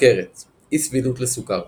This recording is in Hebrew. סוכרת – אי-סבילות לסוכר